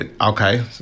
okay